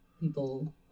people